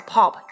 Pop